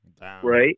Right